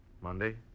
Monday